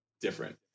different